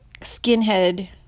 skinhead